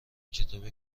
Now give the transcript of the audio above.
کتاب